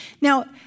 Now